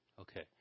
Okay